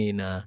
na